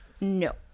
no